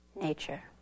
nature